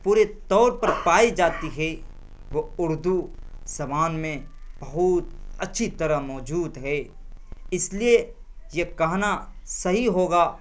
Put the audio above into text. پورے طور پر پائی جاتی ہے وہ اردو زبان میں بہت اچھی طرح موجود ہے اس لیے یہ کہنا صحیح ہوگا